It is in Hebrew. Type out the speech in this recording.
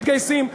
מתגייסים.